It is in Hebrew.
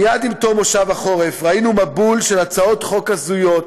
מייד עם תום מושב החורף ראינו מבול של הצעות חוק הזויות,